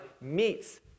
meets